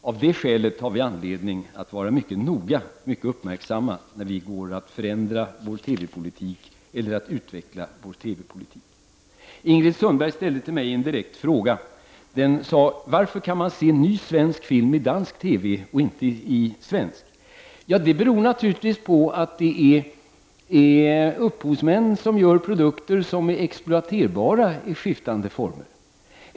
Av det skälet har vi anledning att vara mycket uppmärksamma när vi går att förändra vår TV-politik eller att utveckla den. Ingrid Sundberg ställde till mig en fråga: Varför kan man se ny svensk film i dansk TV men inte i svensk? Det beror naturligtvis på att upphovsmännen gör produkter som är exploaterbara på skiftande sätt.